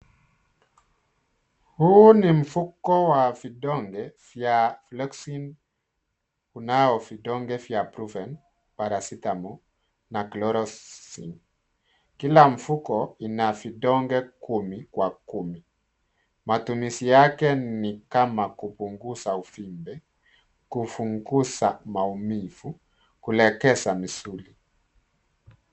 Huu ni mifugo wa vidonge vya unao vidonge vya Flexon unao vidonge vya prufen paracentamol na chrolrzolzane kila mifugo ina vidonge kumi kwa kumi. Matumizi yake ni kama kupungaza uvimbe, kupunguza maumivu , kulekeza mizuli.